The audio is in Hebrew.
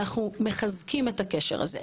אנחנו מחזקים את הקשר הזה?